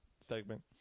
segment